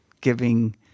giving